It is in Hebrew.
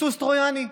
לסוס טרויאני.